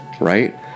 Right